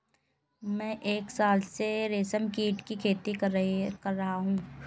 मैं एक साल से रेशमकीट की खेती कर रहा हूँ